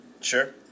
Sure